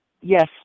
Yes